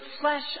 flesh